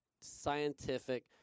scientific